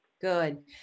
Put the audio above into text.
Good